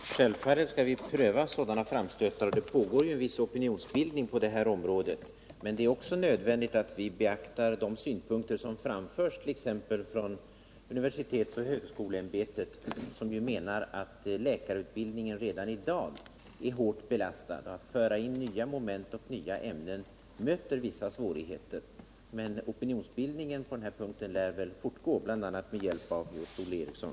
Herr talman! Självfallet skall vi pröva sådana framstötar, och det pågår en viss opinionsbildning på detta område. Men det är också nödvändigt att vi beaktar de synpunkter som framförs t.ex. från universitetsoch högskole ämbetet, som menar att läkarutbildningen redan i dag är hårt belastad. Att föra in nya moment och nya ämnen möter vissa svårigheter. Men opinionsbildningen på denna punkt lär väl fortgå, bl.a. med hjälp av just Olle Eriksson.